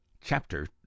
Chapter